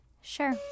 Sure